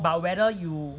but whether you